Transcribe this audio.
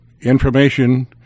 information